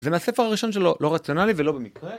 זה מהספר הראשון שלו, לא רציונלי ולא במקרה.